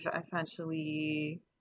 essentially